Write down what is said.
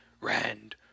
Rand